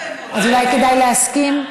אז אולי כדאי להסכים.